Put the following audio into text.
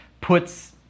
puts